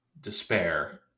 despair